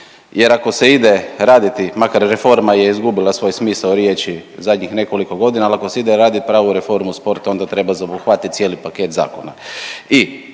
jer ako se ide raditi makar reforma je izgubila svoj smisao riječi zadnjih nekoliko godina, ali ako se ide raditi pravu reformu sporta onda treba zaobuhvatiti cijeli paket zakona.